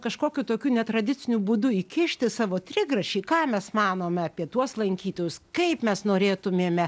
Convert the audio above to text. kažkokiu tokiu netradiciniu būdu įkišti savo trigrašį ką mes manome apie tuos lankytojus kaip mes norėtumėme